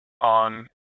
on